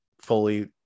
fully